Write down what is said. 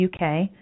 UK